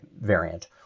variant